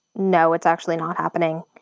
no, it's actually not happening.